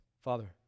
Father